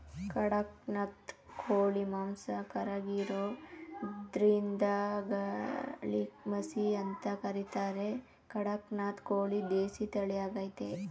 ಖಡಕ್ನಾಥ್ ಕೋಳಿ ಮಾಂಸ ಕರ್ರಗಿರೋದ್ರಿಂದಕಾಳಿಮಸಿ ಅಂತ ಕರೀತಾರೆ ಕಡಕ್ನಾಥ್ ಕೋಳಿ ದೇಸಿ ತಳಿಯಾಗಯ್ತೆ